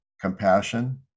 compassion